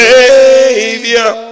Savior